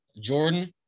Jordan